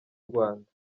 rwanda